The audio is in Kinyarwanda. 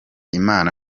imana